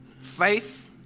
faith